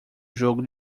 jogo